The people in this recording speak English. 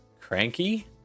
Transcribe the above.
Cranky